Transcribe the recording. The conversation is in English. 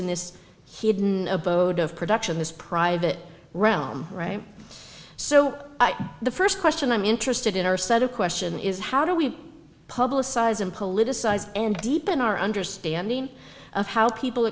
in this hidden abode of production is private realm right so the st question i'm interested in our set of question is how do we publicize and politicize and deepen our understanding of how people